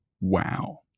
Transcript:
Wow